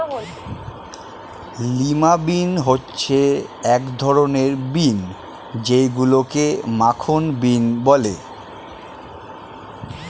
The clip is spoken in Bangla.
লিমা বিন হচ্ছে এক ধরনের বিন যেইগুলোকে মাখন বিন বলে